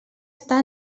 està